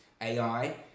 AI